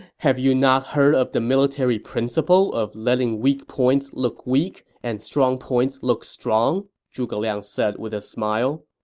have you not heard of the military principle of letting weak points look weak and strong points look strong? zhuge liang said with a smile.